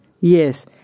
Yes